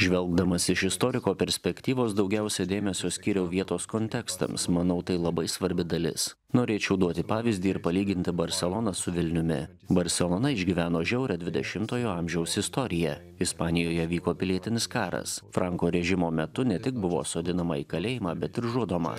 žvelgdamas iš istoriko perspektyvos daugiausia dėmesio skyriau vietos kontekstams manau tai labai svarbi dalis norėčiau duoti pavyzdį ir palyginti barseloną su vilniumi barselona išgyveno žiaurią dvidešimtojo amžiaus istoriją ispanijoje vyko pilietinis karas franko režimo metu ne tik buvo sodinama į kalėjimą bet ir žudoma